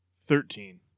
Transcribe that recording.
Thirteen